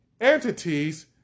entities